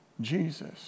Jesus